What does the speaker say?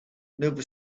nova